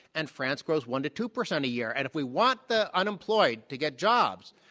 and france grows one to two percent a year. and if we want the unemployed to get jobs,